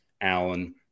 Allen